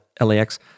LAX